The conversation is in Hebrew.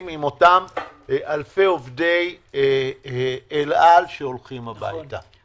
עם אותם אלפי עובדי אל על שהולכים הביתה.